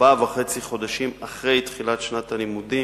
ארבעה חודשים וחצי אחרי תחילת שנת הלימודים,